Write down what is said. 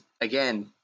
again